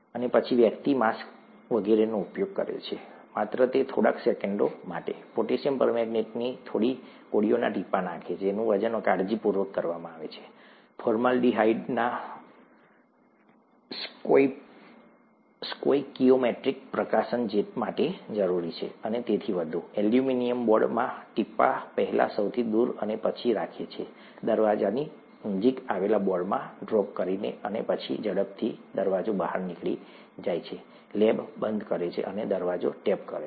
અને પછી વ્યક્તિ માસ્ક વગેરેનો ઉપયોગ કરે છે માત્ર તે થોડીક સેકન્ડો માટે પોટેશિયમ પરમેંગનેટની થોડી ગોળીઓના ટીપાં નાખે છે જેનું વજન કાળજીપૂર્વક કરવામાં આવે છે ફોર્માલ્ડીહાઇડના સ્ટોઇકિયોમેટ્રિક પ્રકાશન માટે જરૂરી છે અને તેથી વધુ એલ્યુમિનિયમ બોર્ડમાં ટીપાં પહેલા સૌથી દૂર અને પછી રાખે છે દરવાજાની નજીક આવેલા બોર્ડમાં ડ્રોપ કરીને અને પછી ઝડપથી દરવાજો બહાર નીકળી જાય છે લેબ બંધ કરે છે અને દરવાજાને ટેપ કરે છે